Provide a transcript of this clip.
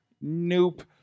Nope